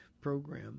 program